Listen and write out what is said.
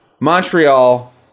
Montreal